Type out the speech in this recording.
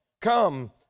Come